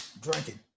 drinking